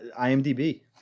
IMDb